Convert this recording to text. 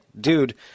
dude